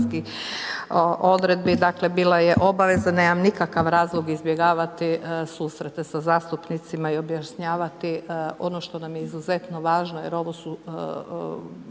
Hvala